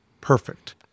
perfect